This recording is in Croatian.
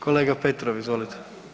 Kolega Petrov, izvolite.